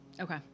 Okay